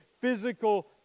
physical